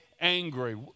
Angry